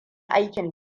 aikin